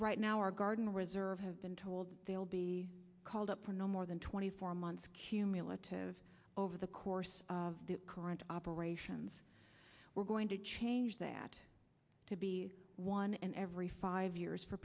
right now are garden reserve have been told they will be called up for no more than twenty four months cumulative over the course of the current operations we're going to change that to be one and every five years for